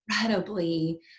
incredibly